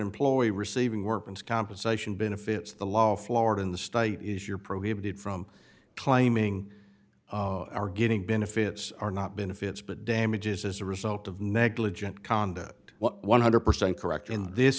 employee receiving workman's compensation benefits the law of florida in the state is your prohibited from claiming or getting benefits are not been fits but damages as a result of negligent conduct one hundred percent correct in this